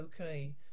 okay